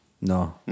no